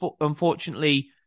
unfortunately